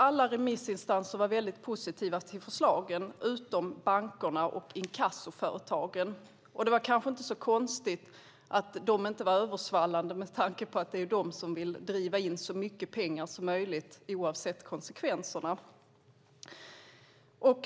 Alla remissinstanser var positiva till förslagen utom bankerna och inkassoföretagen. Och det var kanske inte så konstigt att de inte var översvallande med tanke på att det är de som vill driva in så mycket pengar som möjligt oavsett konsekvenserna.